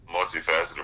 multifaceted